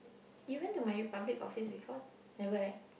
you went to My Republic office before never right